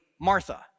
Martha